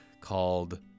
called